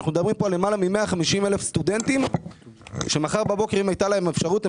אנחנו מדברים פה על למעלה מ-150,000 סטודנטים שאם הייתה להם אפשרות,